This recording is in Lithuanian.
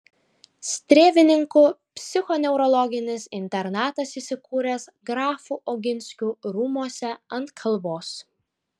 strėvininkų psichoneurologinis internatas įsikūręs grafų oginskių rūmuose ant kalvos